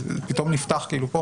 אז פתאום זה נפתח פה?